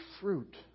fruit